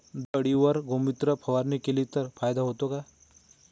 बोंडअळीवर गोमूत्र फवारणी केली तर फायदा होतो का?